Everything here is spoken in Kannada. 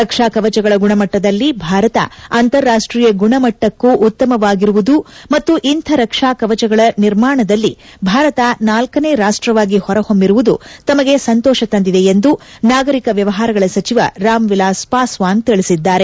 ರಕ್ಷಾ ಕವಚಗಳ ಗುಣಮಟ್ಟದಲ್ಲಿ ಭಾರತ ಅಂತಿರಾಷ್ಟೀಯ ಗುಣಮಟ್ಟಕ್ಕೂ ಉತ್ತಮವಾಗಿರುವುದು ಮತ್ತು ಇಂಥ ರಕ್ಷ ಕವಚಗಳ ನಿರ್ಮಾಣದಲ್ಲಿ ಭಾರತ ನಾಲ್ಲನೇ ರಾಷ್ಟವಾಗಿ ಹೊರಹೊಮಿರುವುದು ತಮಗೆ ಸಂತೋಷವನಿಸಿದೆ ಎಂದು ನಾಗರಿಕ ವ್ಯವಹಾರಗಳ ಸಚಿವ ರಾಮ್ ವಿಲಾಸ್ ವಾಸ್ತಾನ್ ತಿಳಿಸಿದ್ದಾರೆ